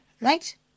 right